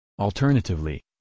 Alternatively